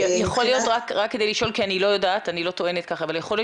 יכול להיות שזה כל כך